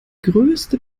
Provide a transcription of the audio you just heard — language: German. größte